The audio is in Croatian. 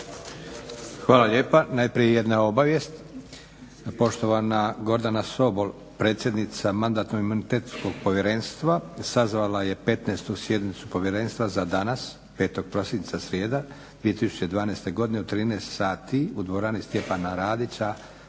Hvala lijepa. Najprije jedna obavijest. Poštovana Gordana Sobol, predsjednica Mandatno-imunitetnog povjerenstva sazvala je 15. sjednicu povjerenstva za danas 5. prosinca, srijeda, 2012. godine u 13 sati u dvorani Stjepana Radića